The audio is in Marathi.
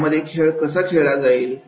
यामध्ये खेळ कसा खेळला जाईल